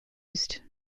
used